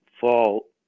fall